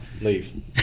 Leave